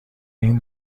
این